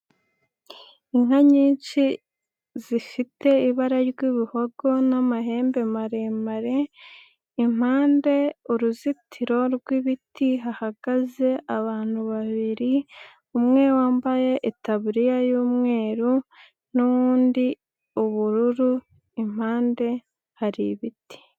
Inka nyinshi zifite ibara ry'ibihogo n'amahembe maremare, impande uruzitiro rw'ibiti hahagaze abantu babiri, umwe wambaye itaburiya y'umweru n'uwundi ubururu, impande hari ibiti.